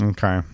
Okay